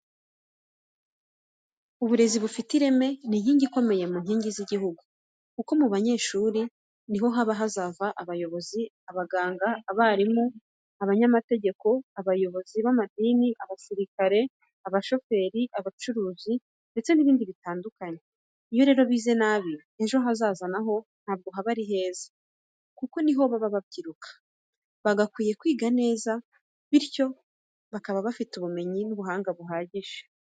Uburezi bufite ireme ni inkingi ikomeye mu nkingi z'igihugu kuko mu banyeshuri niho haba hazavamo abayobozi, abaganga, abarimu, abanyamategeko, abayobozi b'amadini, abasirikare, abashoferi, abacuruzi ndetse n'ibindi bitandukanye. Iyo rero bize nabi ejo hazaza naho ntabwo haba ari heza kuko nibo baba babyiruka, bagakwiye kwiga neza bityo bakaba bafite ubumenyi n'ubuhanga buhagije.